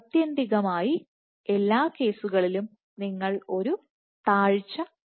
അത്യന്തികമായി എല്ലാ കേസുകളിലും നിങ്ങൾ ഒരു താഴ്ച കാണും